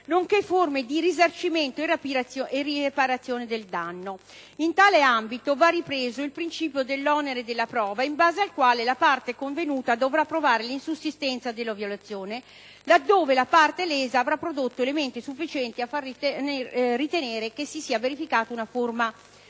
nonché forme di risarcimento e di riparazione del danno. In tale ambito, va ripreso il principio dell'onere della prova in base al quale la parte convenuta dovrà provare l'insussistenza della violazione, laddove la parte lesa avrà prodotto elementi sufficienti a far ritenere che si sia verificata una forma di